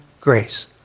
grace